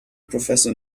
professor